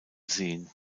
seen